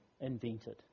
invented